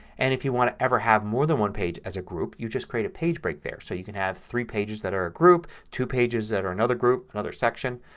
and if you want to ever have more than one page as a group you just create a page break there. so you can have three pages that are in a group, two pages that are another group, another section.